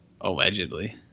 Allegedly